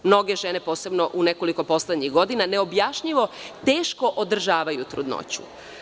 Mnoge žene, posebno u nekoliko poslednjih godina neobjašnjivo teško održavaju trudnoću.